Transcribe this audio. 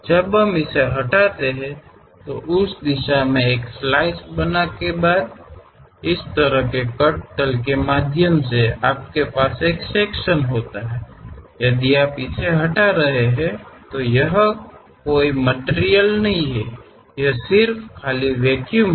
जब हम इसे हटाते हैं उस दिशा में एक स्लाइस बनाने के बाद इसी तरह कट तल के माध्यम से आपके पास एक सेक्शन होता है यदि आप इसे हटा रहे हैं तो यहां कोई मटिरियल नहीं है यह सिर्फ खाली वैक्यूम है